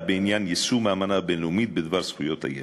בעניין יישום האמנה הבין-לאומית בדבר זכויות הילד.